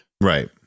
Right